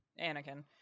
Anakin